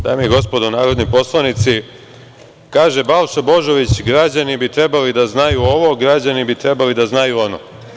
Dame i gospodo narodni poslanici, kaže Balša Božović – građani bi trebali da znaju ovo, građani bi trebali da znaju ono.